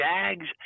Jags